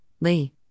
Lee